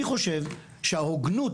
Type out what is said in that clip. אני חושב שההוגנות